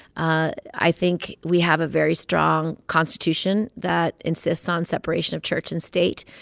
ah i think we have a very strong constitution that insists on separation of church and state,